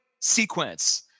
sequence